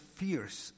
fierce